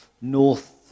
North